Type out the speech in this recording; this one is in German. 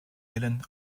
willen